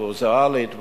ויזואלית,